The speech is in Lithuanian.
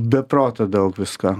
be proto daug visko